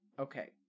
Okay